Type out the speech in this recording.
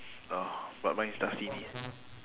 oh but mine's dasani